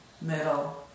middle